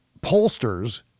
pollsters